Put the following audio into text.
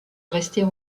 rester